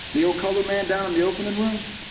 the old colored man down in the opening room?